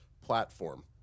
platform